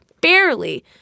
barely